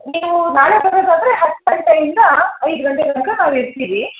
ನೀವು ನಾಳೆ ಬರೋದಾದರೆ ಹತ್ತು ಗಂಟೆಯಿಂದ ಐದು ಗಂಟೆ ತನಕ ನಾವು ಇರ್ತೀವಿ